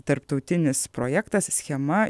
tarptautinis projektas schema